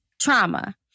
Trauma